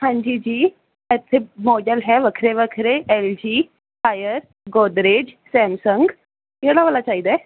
ਹਾਂਜੀ ਜੀ ਇੱਥੇ ਮੋਡਲ ਹੈ ਵੱਖਰੇ ਵੱਖਰੇ L G Haier Godrej Samsung ਕਿਹੜਾ ਵਾਲਾ ਚਾਈਦਾ ਏ